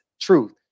Truth